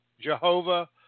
Jehovah